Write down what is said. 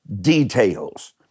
details